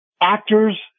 actors